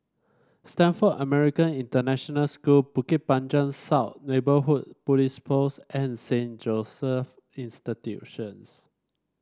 Stamford American International School Bukit Panjang South Neighbourhood Police Post and Saint Joseph's Institutions